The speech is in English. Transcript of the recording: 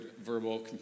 verbal